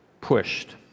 pushed